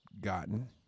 gotten